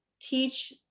teach